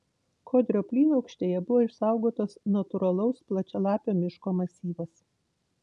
kodrio plynaukštėje buvo išsaugotas natūralaus plačialapio miško masyvas